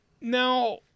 Now